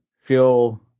Feel